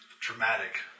dramatic